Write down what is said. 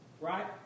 right